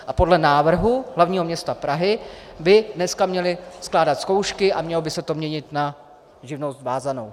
A podle návrhu hlavního města Prahy by dneska měli skládat zkoušky a mělo by se to měnit na živnost vázanou.